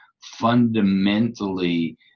fundamentally